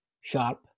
sharp